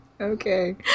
okay